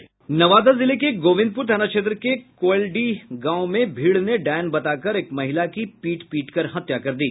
नवादा जिले के गोविंदपूर थाना क्षेत्र के कोयलडी गांव में भीड़ ने डायन बताकर एक महिला की पीट पीट कर हत्या कर दी